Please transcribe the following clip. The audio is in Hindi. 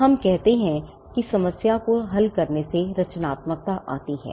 हम कहते हैं कि समस्या को हल करने से रचनात्मकता आती है